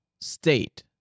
state